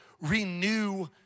renew